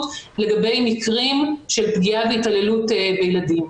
לגבי מקרים של פגיעה והתעללות בילדים.